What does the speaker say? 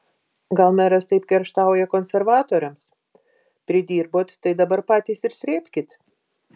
gal meras taip kerštauja konservatoriams pridirbot tai dabar patys ir srėbkit